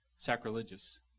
sacrilegious